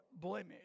blemish